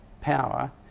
power